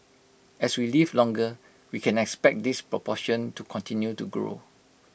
as we live longer we can expect this proportion to continue to grow